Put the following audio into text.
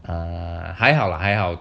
err 还好还好